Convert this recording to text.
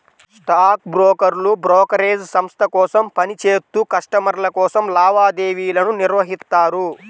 stock బ్రోకర్లు brokerage సంస్థ కోసం పని చేత్తూ కస్టమర్ల కోసం లావాదేవీలను నిర్వహిత్తారు